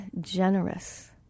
generous